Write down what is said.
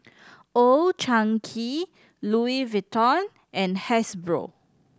Old Chang Kee Louis Vuitton and Hasbro